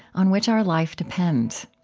on which our life depends.